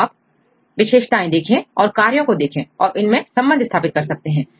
तो यदि आप विशेषताएं देखें और कार्यों को देखें और इनमें संबंध स्थापित कर सकते हैं